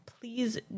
please